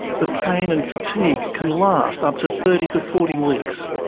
the pain and fatigue can last up to thirty to forty weeks.